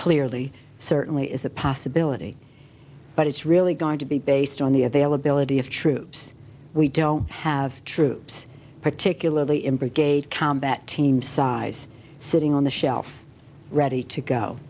clearly certainly is a possibility but it's really going to be based on the availability of troops we don't have troops particularly in brigade combat team size sitting on the shelf ready to go